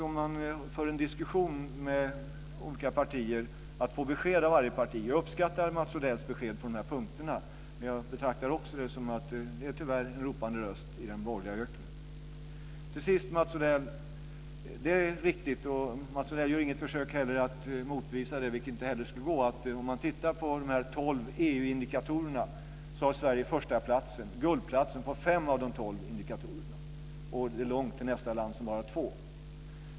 Om man för en diskussion med olika partier är det intressant att få besked av varje parti. Jag uppskattar Mats Odells besked på de här punkterna, men jag betraktar det också så att det tyvärr är en ropande röst i den borgerliga öknen. Till sist är det riktigt - och Mats Odell gör inte något försök att motbevisa det, vilket inte heller skulle gå - om man tittar på de tolv EU-indikatorerna att Sverige har förstaplatsen, guldplatsen, på fem av dessa. Det är långt till nästa land, som bara har två.